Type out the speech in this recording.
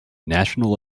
national